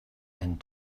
and